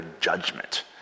judgment